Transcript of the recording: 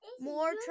More